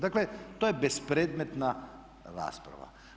Dakle to je bespredmetna rasprava.